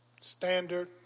Standard